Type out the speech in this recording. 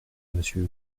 monsieur